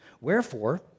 Wherefore